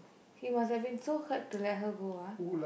he must have been so hurt to let her go ah